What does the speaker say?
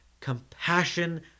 compassion